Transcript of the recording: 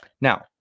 Now